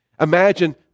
Imagine